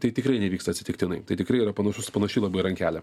tai tikrai nevyksta atsitiktinai tai tikrai yra panašus panaši labai rankelė